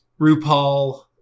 RuPaul